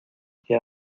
que